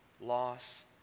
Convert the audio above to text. loss